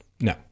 no